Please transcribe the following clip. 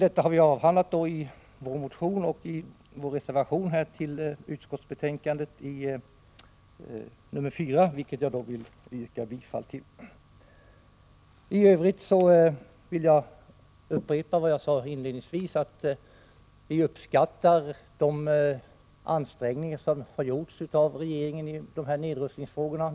Detta har vi behandlat i våra motioner och i vår reservation 4 till utskottsbetänkandet, vilken jag vill yrka bifall till. I övrigt vill jag upprepa vad jag sade inledningsvis, nämligen att vi uppskattar de ansträngningar som har gjorts av regeringen i nedrustningsfrågorna.